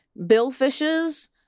Billfishes